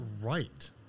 right